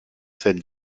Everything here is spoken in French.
scènes